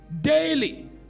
Daily